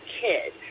kid